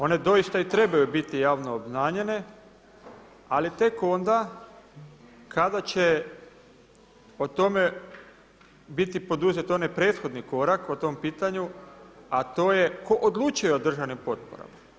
One doista i trebaju biti javno obznanjene ali tek onda kada će o tome biti poduzet onaj prethodni korak o tome pitanju a to je tko odlučuje o državnim potporama.